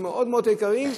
שהם מאוד מאוד יקרים,